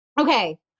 okay